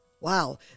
Wow